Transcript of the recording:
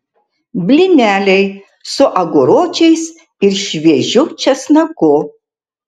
blyneliai su aguročiais ir šviežiu česnaku